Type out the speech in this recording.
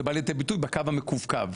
זה בא לידי ביטוי בקו המקווקו,